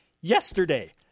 yesterday